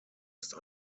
ist